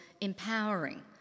empowering